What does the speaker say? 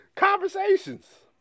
Conversations